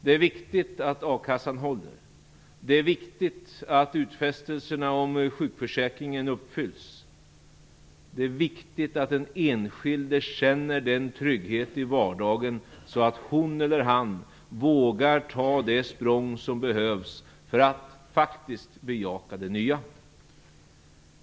Det är viktigt att a-kassan håller. Det är viktigt att utfästelserna om sjukförsäkringen uppfylls. Det är viktigt att den enskilde känner en sådan trygghet i vardagen att hon eller han vågar ta det språng som behövs för att faktiskt bejaka det nya.